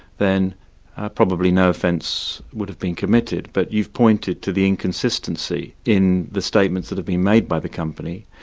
then probably no offence would have been committed. but you've pointed to the inconsistency in the statements that have been made by the company.